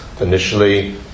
initially